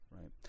right